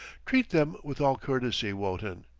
treat them with all courtesy, wotton.